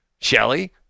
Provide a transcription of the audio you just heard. Shelly